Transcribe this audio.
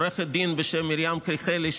עורכת דין בשם מרים קריכלי,